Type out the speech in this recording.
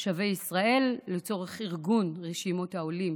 "שבי ישראל" לצורך ארגון רשימות העולים